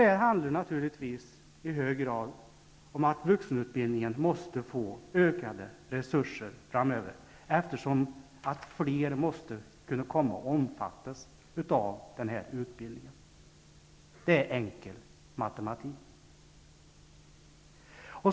Det handlar naturligtvis i hög grad om att vuxenutbildningen måste få ökade resurser framöver, eftersom allt fler måste komma att omfattas av den utbildningen. Det är enkel matematik.